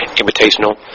invitational